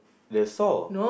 the saw